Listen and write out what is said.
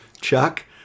Chuck